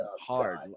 Hard